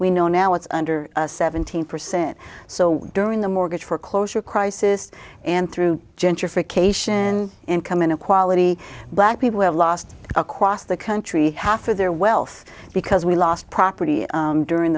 we know now it's under seventeen percent so during the mortgage foreclosure crisis and through gentrification income inequality black people have lost across the country half of their wealth because we lost property during